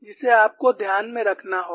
जिसे आपको ध्यान में रखना होगा